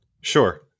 Sure